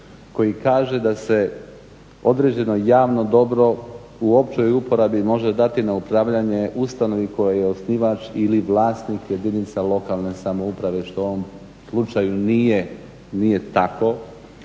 koji kaže da se određeno javno dobro u općoj uporabi može dati na upravljanje ustanovi koja je osnivač ili vlasnik jedinica lokalne samouprave što u ovom slučaju nije tako,